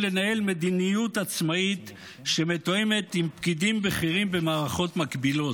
לנהל מדיניות עצמאית שמתואמת עם פקידים בכירים במערכות מקבילות,